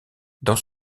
dans